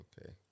okay